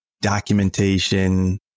documentation